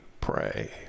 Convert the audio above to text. pray